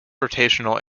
rotational